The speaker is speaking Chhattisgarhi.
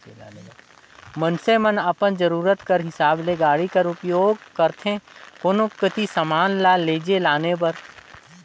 मइनसे मन अपन जरूरत कर हिसाब ले गाड़ी कर उपियोग करथे कोनो कती समान ल लेइजे लाने बर